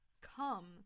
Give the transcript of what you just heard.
Come